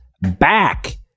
back